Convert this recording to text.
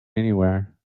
anywhere